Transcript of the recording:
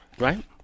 Right